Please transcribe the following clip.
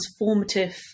transformative